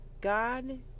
God